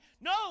No